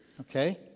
Okay